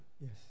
Yes